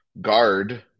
guard